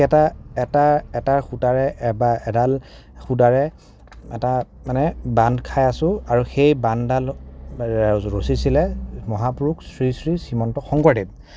একেটা এটা এটা সূতাৰে বা এডাল সূতাৰে এটা মানে বান্ধ খাই আছো আৰু সেই বান্ধডাল ৰচিছিলে মহাপুৰুষ শ্ৰী শ্ৰী শ্ৰীমন্ত শংকৰদেৱ